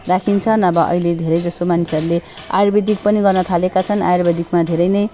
राखिन्छ नभए अहिले धेरै जस्तो मान्छेहरूले आयुर्वेदिक पनि गर्नथालेका छन् आयुर्वेदिकमा धेरै नै